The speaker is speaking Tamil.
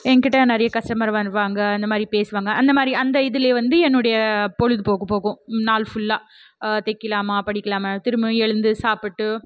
எங்கிட்ட நிறைய கஸ்டமர் வருவாங்க இந்தமாதிரி பேசுவாங்க அந்தமாதிரி அந்த இதுலேயே வந்து என்னுடைய பொழுது போக்கு போகும் நாள் ஃபுல்லாக தைக்கிலாமா படிக்கலாமா திரும்ப எழுந்து சாப்பிட்டு